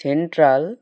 central